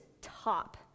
top